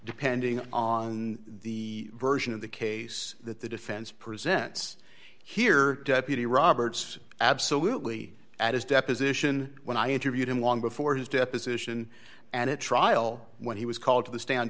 depending on the version of the case that the defense presents here deputy roberts absolutely at his deposition when i interviewed him long before his deposition and at trial when he was called to the sta